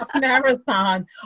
marathon